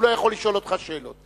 והוא לא יכול לשאול אותך שאלות.